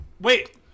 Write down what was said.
wait